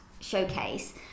showcase